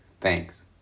Thanks